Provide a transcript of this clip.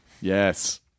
Yes